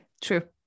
true